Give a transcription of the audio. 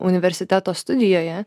universiteto studijoje